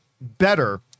better